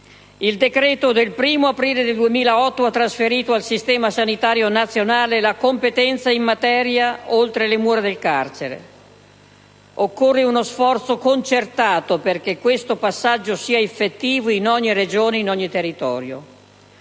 Il decreto del 1° aprile 2008 ha trasferito al Servizio sanitario nazionale la competenza in materia oltre le mura del carcere; occorre uno sforzo concertato perché questo passaggio sia effettivo in ogni Regione e in ogni territorio.